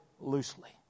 loosely